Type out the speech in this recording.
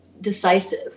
decisive